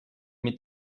mit